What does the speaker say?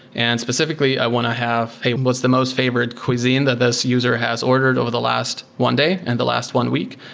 and specifically, i want to have, hey, what's the most favored cuisine that this user has ordered over the last one day and the last one week?